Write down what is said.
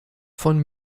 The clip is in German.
von